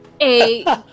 a-